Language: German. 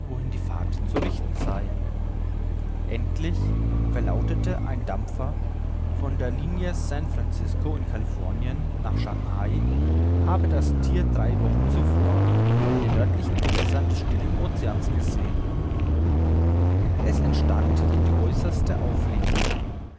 wohin die fahrt zu richten sei endlich verlautete ein dampfer von der linie s franzisco in californien nach schanga habe das thier drei wochen zuvor in den nördlichen gewässern des stillen oceans gesehen es entstand die äußerste aufregung